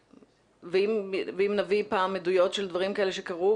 ואם נביא פעם עדויות של דברים כאלה שקרו,